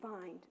find